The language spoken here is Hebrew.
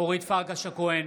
אורית פרקש הכהן,